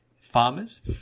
farmers